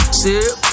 sip